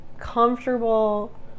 comfortable